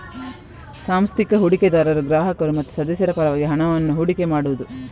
ಸಾಂಸ್ಥಿಕ ಹೂಡಿಕೆದಾರರು ಗ್ರಾಹಕರು ಮತ್ತೆ ಸದಸ್ಯರ ಪರವಾಗಿ ಹಣವನ್ನ ಹೂಡಿಕೆ ಮಾಡುದು